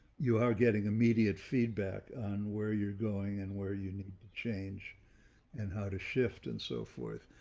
you are getting immediate feedback on where you're going and where you need to change and how to shift and so forth.